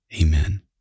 Amen